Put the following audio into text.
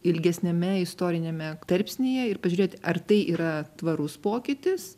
ilgesniame istoriniame tarpsnyje ir pažiūrėt ar tai yra tvarus pokytis